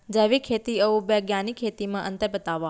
जैविक खेती अऊ बैग्यानिक खेती म अंतर बतावा?